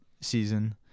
season